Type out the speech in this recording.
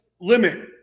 limit